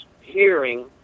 hearing